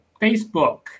Facebook